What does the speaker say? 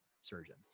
surgeon